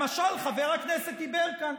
למשל, חבר הכנסת יברקן,